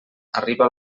arriba